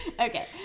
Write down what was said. Okay